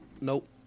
Nope